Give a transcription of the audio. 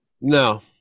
No